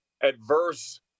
adverse